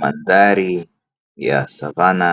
Mandhari ya savana,